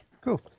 Cool